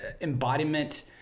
embodiment